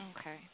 Okay